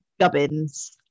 gubbins